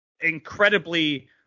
incredibly